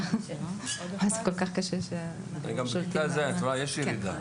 גם בכיתה ז' את רואה שיש ירידה,